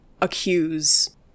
accuse